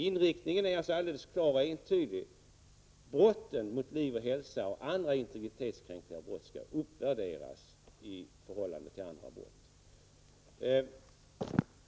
Inriktningen är alltså alldeles klar och entydig: brotten mot liv och hälsa och andra integritetskränkande brott skall uppvärderas i förhållande till andra brott.